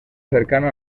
cercano